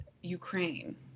ukraine